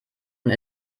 und